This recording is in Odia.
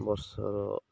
ବର୍ଷର